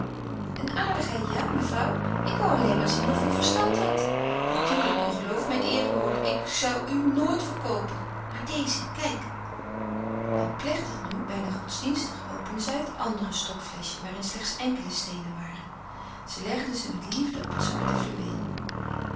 een aardigheid ja mevrouw ik woû alleen maar zien of u verstand had natuurlijk u geloof mijn eerewoord ik zoû u nooit verkoopen maar deze kijk en plechtig nu bijna godsdienstig opende zij het andere stopfleschje waarin slechts enkele steenen waren ze legde ze met liefde op het zwarte fluweel